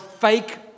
fake